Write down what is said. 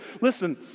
listen